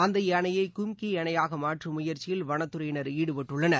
அந்தயானையைகும்கியானையாகமாற்றும் முயற்சியில் வனத்துறையினர் ஈடுபட்டுள்ளனர்